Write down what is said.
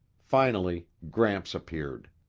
finally gramps appeared.